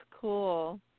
cool